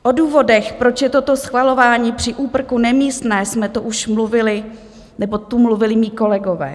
O důvodech, proč je toto schvalování při úprku nemístné, jsme tu už mluvili, nebo tu mluvili mí kolegové.